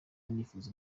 nifuza